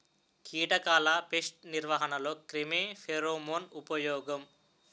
కీటకాల పేస్ట్ నిర్వహణలో క్రిమి ఫెరోమోన్ ఉపయోగం